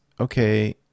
okay